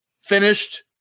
finished